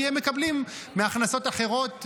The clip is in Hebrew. כי הם מקבלים מהכנסות אחרות,